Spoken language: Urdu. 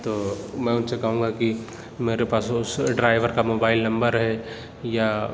تو میں اُن سے کہوں گا کہ میرے پاس اُس ڈرائیور کا موبائل نمبر ہے یا